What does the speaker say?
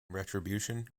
retribution